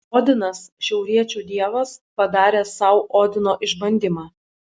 odinas šiauriečių dievas padaręs sau odino išbandymą